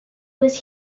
was